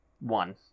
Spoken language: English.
One